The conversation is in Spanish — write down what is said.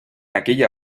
aquella